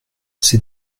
c’est